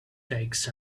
takes